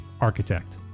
architect